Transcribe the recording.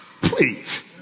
Please